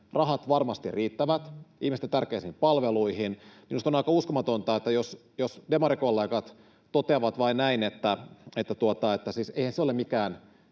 rahat varmasti riittävät ihmisten tärkeisiin palveluihin. Minusta on aika uskomatonta, että jos demarikollegat toteavat vain näin, että siis eihän se ole mikään